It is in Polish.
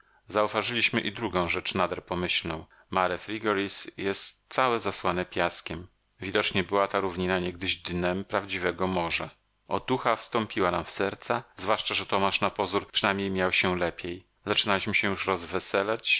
zauważyliśmy i drugą rzecz nader pomyślną mare frigoris jest całe zasłane piaskiem widocznie była ta równina niegdyś dnem prawdziwego morza otucha wstąpiła nam w serca zwłaszcza że tomasz na pozór przynajmniej miał się lepiej zaczynaliśmy się już rozweselać